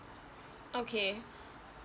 okay